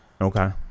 Okay